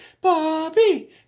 Bobby